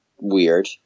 weird